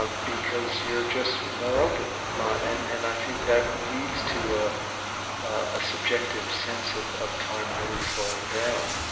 ah because you're just more open. and and i think that leads to a ah subjective sense of of time really slowing down